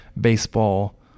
baseball